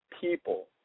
people